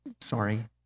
sorry